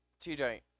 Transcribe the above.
TJ